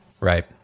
Right